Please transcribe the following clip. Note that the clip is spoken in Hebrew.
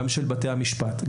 גם של בתי המשפט,